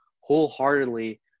wholeheartedly